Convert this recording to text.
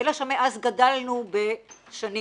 אלא שמאז גדלנו בשנים.